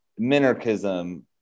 minarchism